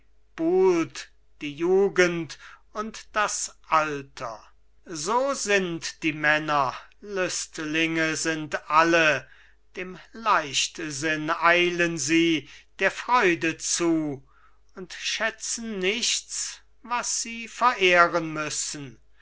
die jugend und das alter so sind die männer lüstlinge sind sie alle dem leichtsinn eilen sie der freude zu und schätzen nichts was sie verehren müssen